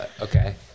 okay